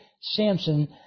Samson